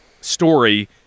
story